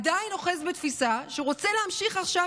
עדיין אוחז בתפיסה שהוא רוצה להמשיך עכשיו